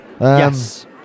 yes